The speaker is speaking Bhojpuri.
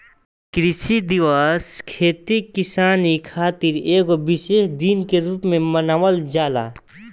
कृषि दिवस खेती किसानी खातिर एगो विशेष दिन के रूप में मनावल जाला